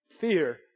fear